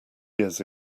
years